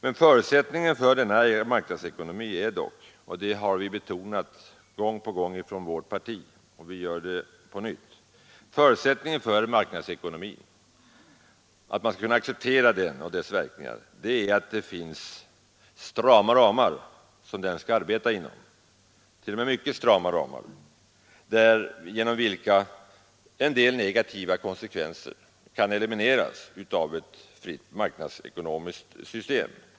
Men förutsättningen för att man skall kunna acceptera denna marknadsekonomi och dess verkningar är dock — det har vi gång på gång betonat från vårt parti och vi gör det på nytt — att det finns strama, t.o.m. mycket strama, ramar att arbeta inom, genom vilka en del negativa konsekvenser kan elimineras av ett fritt marknadsekonomiskt system.